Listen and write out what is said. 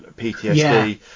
PTSD